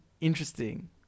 interesting